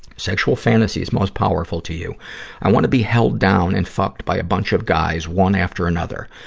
sexual fantasies most powerful to you i wanna be held down and fucked by a bunch of guys, one after another.